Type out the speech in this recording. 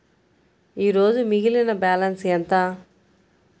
ఈరోజు మిగిలిన బ్యాలెన్స్ ఎంత?